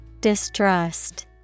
Distrust